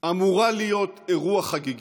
אמורה להיות אירוע חגיגי,